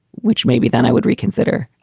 which maybe then i would reconsider.